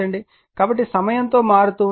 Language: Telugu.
కాబట్టి సమయం తో మారుతూ ఉన్న ఫ్లక్స్ ∅ ∅max sin t